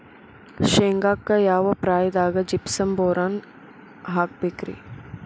ಶೇಂಗಾಕ್ಕ ಯಾವ ಪ್ರಾಯದಾಗ ಜಿಪ್ಸಂ ಬೋರಾನ್ ಹಾಕಬೇಕ ರಿ?